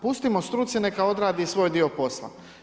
Pustimo struci neka odradi svoj dio posla.